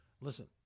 listen